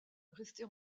restée